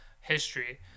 history